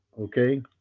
okay